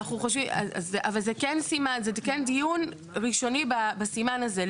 אבל זה כן סימן, זה כן דיון ראשוני בסימן הזה.